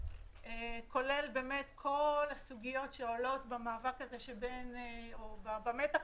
כולל כול הסוגיות שעולות במאבק הזה שבין או במתח